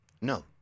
No